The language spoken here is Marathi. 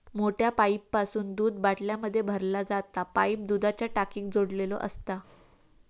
मोठ्या पाईपासून दूध बाटल्यांमध्ये भरला जाता पाईप दुधाच्या टाकीक जोडलेलो असता